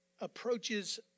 approaches